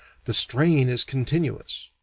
the strain is continuous.